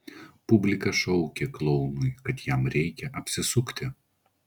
publika šaukė klounui kad jam reikia apsisukti